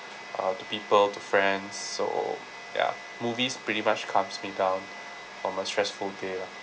uh to people to friends so ya movies pretty much calms me down on my stressful day lah